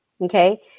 Okay